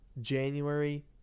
January